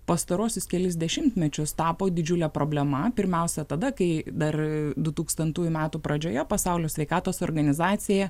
pastaruosius kelis dešimtmečius tapo didžiule problema pirmiausia tada kai dar dutūkstantųjų metų pradžioje pasaulio sveikatos organizacija